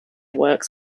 works